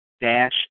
dash